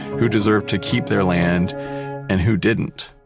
who deserves to keep their land and who didn't?